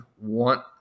want